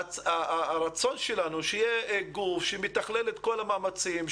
הרצון שלנו שיהיה גוף שמתכלל את כל המאמצים,